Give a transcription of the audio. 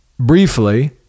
briefly